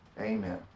Amen